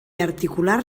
articular